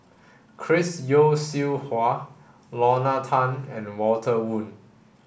Chris Yeo Siew Hua Lorna Tan and Walter Woon